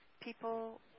people